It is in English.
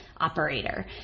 operator